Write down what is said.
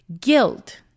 Guilt